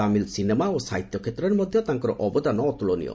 Tamil cinema ଓ ସାହିତ୍ୟ କ୍ଷେତ୍ରରେ ମଧ ତାଙ୍କର ଅବଦାନ ଅତୁଳନୀୟ